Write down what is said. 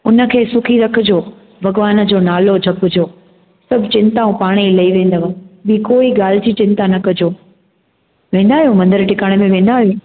उनखे सुखी रखिजो भॻिवान जो नालो जपिजो सभु चिंताऊं पाणे ई लही वेंदव ॿी कोई ॻाल्ह जी चिंता न कजो वेंदा आहियो मंदरु टिकाणे मे वेंदा आहियो